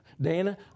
Dana